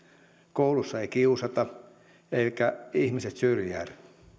koulussa ei kiusata eivätkä ihmiset syrjäydy